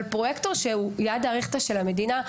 אבל פרויקטור שהוא ידא אריכתא של המדינה,